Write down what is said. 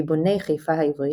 מבוני חיפה העברית,